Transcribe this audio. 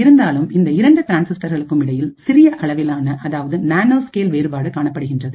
இருந்தாலும் இந்த இரண்டு டிரான்சிஸ்டர்களுக்கு இடையில் சிறிய அளவிலான அதாவது நானோ ஸ்கேல் வேறுபாடு காணப்படுகின்றது